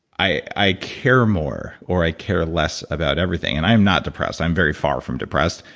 i i care more or i care less about everything and i am not depressed. i'm very far from depressed.